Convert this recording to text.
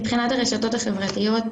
מבחינת הרשתות החברתיות,